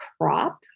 crop